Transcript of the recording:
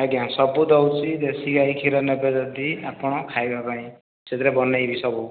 ଆଜ୍ଞା ସବୁ ଦେଉଛି ଦେଶୀ ଗାଈ କ୍ଷୀର ନେବେ ଯଦି ଆପଣ ଖାଇବା ପାଇଁ ସେଥିରେ ବନେଇକି ସବୁ